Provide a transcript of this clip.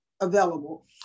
available